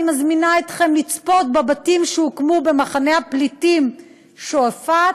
אני מזמינה אתכם לצפות בבתים שהוקמו במחנה הפליטים שועפאט,